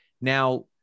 Now